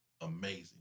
amazing